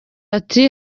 ati